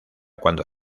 cuando